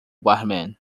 barman